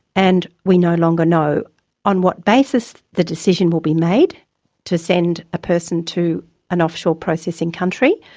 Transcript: and we no longer know on what basis the decision will be made to send a person to an offshore processing country,